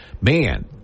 man